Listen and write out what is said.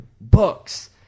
books